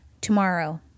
tomorrow